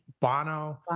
Bono